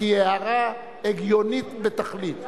כי היא הערה הגיונית בתכלית.